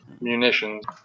munitions